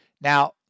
now